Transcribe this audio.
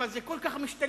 אבל זה כל כך משתלב,